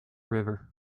river